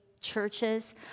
churches